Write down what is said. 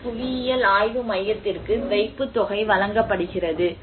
ஐ புவியியல் ஆய்வு மையத்திற்கு வைப்புத்தொகை வழங்கப்படுகிறது